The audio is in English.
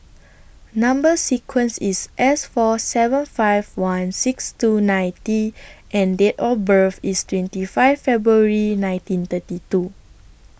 Number sequence IS S four seven five one six two nine T and Date of birth IS twenty five February nineteen thirty two